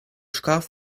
шкаф